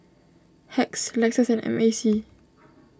Hacks Lexus and M A C